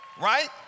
Right